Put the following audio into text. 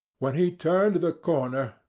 when he turned the corner,